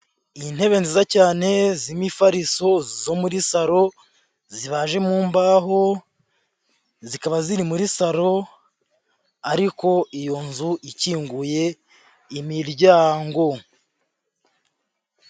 Intebe nziza cyane z'imifariso zo muri salo zibanje mu mbaho, zikaba ziri muri salo ariko iyo nzu ikinguye imiryango.